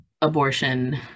abortion